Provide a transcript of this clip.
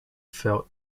felt